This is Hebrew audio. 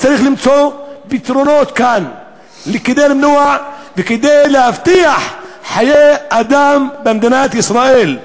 צריך למצוא לו פתרונות כאן כדי למנוע וכדי להבטיח חיי אדם במדינת ישראל.